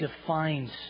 defines